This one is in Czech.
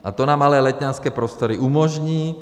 A to nám ale letňanské prostory umožní.